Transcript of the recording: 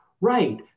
right